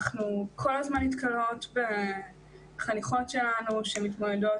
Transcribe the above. אנחנו כל הזמן נתקלות בחניכות שלנו שמתמודדות